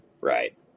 Right